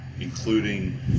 including